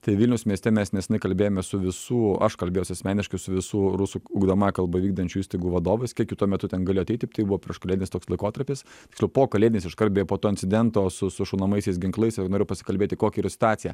tai vilniaus mieste mes nesenai kalbėjomės su visų aš kalbėjausi asmeniškai su visų rusų ugdomąja kalba vykdančių įstaigų vadovais kiek jų tuo metu ten galėjo ateiti tai buvo prieškalėdinis toks laikotarpis tiksliau pokalėdinis iškart beje po to incidento su su šaunamaisiais ginklais ir noriu pasikalbėti kokia yra situacija